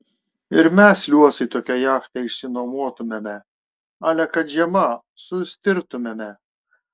ir mes liuosai tokią jachtą išsinuomotumėme ale kad žiema sustirtumėme